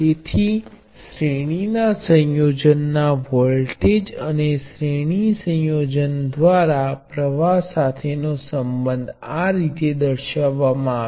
તેથી ફરીથી આવું કરવાનું કારણ એ છે કે આ પ્રારંભિક હોવા છતાં તમને થોડો આત્મવિશ્વાસ આવે